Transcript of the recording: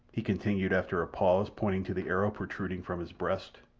he continued after a pause, pointing to the arrow protruding from his breast.